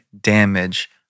damage